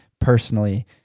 personally